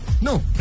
No